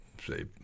say